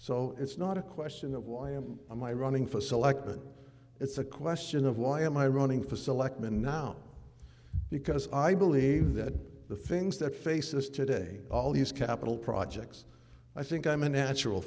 so it's not a question of why i am on my running for selectman it's a question of why am i running for selectman now because i believe that the things that face us today all these capital projects i think i'm a natural